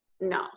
No